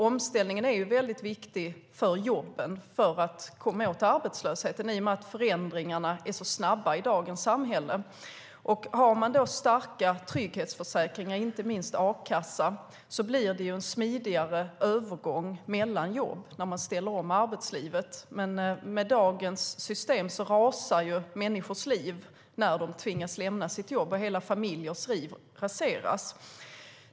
Omställningen är viktig för jobben och för att komma åt arbetslösheten i och med att förändringarna i dagens samhälle är snabba. Om man har starka trygghetsförsäkringar, inte minst a-kassa, blir det en smidigare övergång mellan jobb när arbetslivet ställs om. Men med dagens system rasar människors liv när de tvingas lämna sitt jobb, och hela familjers liv raseras.